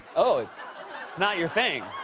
oh, it's it's not your thing?